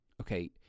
Okay